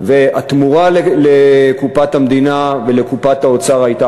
התמורה לקופת המדינה ולקופת האוצר הייתה